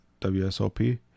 WSOP